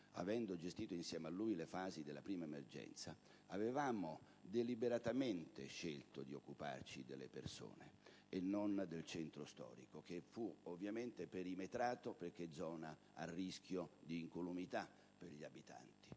avendo gestito insieme a lui le fasi della prima emergenza, avevamo deliberatamente scelto di occuparci delle persone e non del centro storico, che fu ovviamente perimetrato perché zona a rischio di incolumità per gli abitanti.